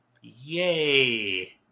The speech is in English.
yay